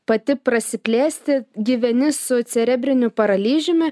pati prasiplėsti gyveni su cerebriniu paralyžiumi